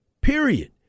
period